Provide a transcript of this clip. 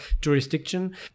jurisdiction